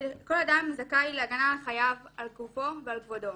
כל אדם זכאי להגנה על חייו, על גופו ועל כבודו,